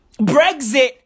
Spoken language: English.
Brexit